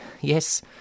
yes